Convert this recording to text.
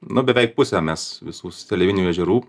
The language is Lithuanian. nu beveik pusę mes visų seliavinių ežerų